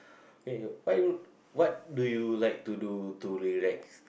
ya ya why do you what do you do to relax